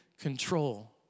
control